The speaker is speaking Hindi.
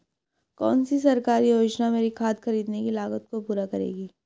कौन सी सरकारी योजना मेरी खाद खरीदने की लागत को पूरा करेगी?